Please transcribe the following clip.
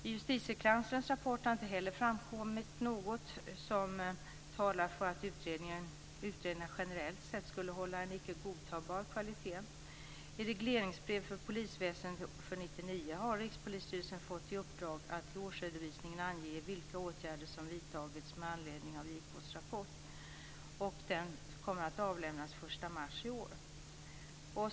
I Justitiekanslerns rapport har inte heller framkommit något som talar för att utredningar generellt sett skulle hålla en icke godtagbar kvalitet. I regleringsbrev för polisväsendet för 1999 har Rikspolisstyrelsen fått i uppdrag att i årsredovisningen ange vilka åtgärder som vidtagits med anledning av JK:s rapport. Den kommer att avlämnas den 1 mars i år.